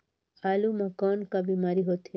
आलू म कौन का बीमारी होथे?